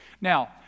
Now